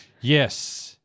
yes